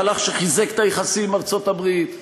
מהלך שחיזק את היחסים עם ארצות-הברית.